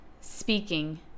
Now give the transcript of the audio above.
speaking